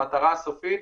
המטרה הסופית,